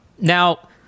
Now